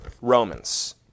Romans